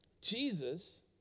Jesus